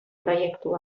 proiektu